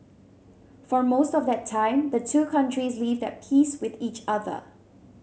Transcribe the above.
for most of that time the two countries lived at peace with each other